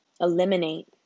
eliminate